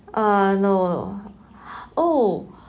uh no oh